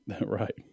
Right